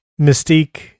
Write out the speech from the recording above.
Mystique